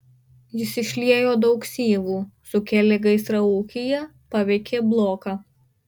jis išliejo daug syvų sukėlė gaisrą ūkyje paveikė bloką